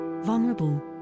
vulnerable